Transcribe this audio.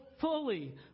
fully